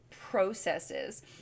processes